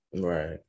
right